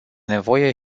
nevoie